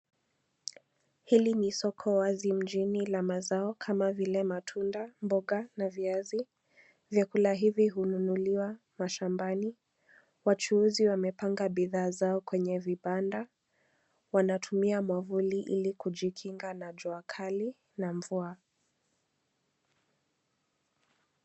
Hili ni soko wazi mjini la mazao kama vile; matunda, mboga na viazi. Vyakula hivi hununuliwa mashambani. Wachuuzi wamepanga bidhaa zao kwenye vibanda, wanatumia mwavuli ili kujikinga na jua kali na mvua.